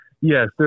Yes